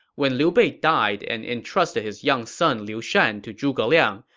when liu bei died and entrusted his young son liu shan to zhuge liang,